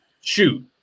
shoot